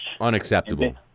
Unacceptable